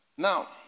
Now